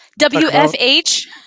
WFH